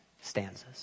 stanzas